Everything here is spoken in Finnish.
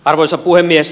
arvoisa puhemies